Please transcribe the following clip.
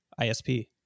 isp